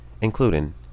including